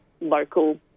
local